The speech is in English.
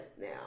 now